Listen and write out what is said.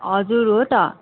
हजुर हो त